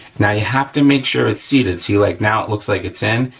now, you have to make sure it's seated. see, like now, it looks like it's in,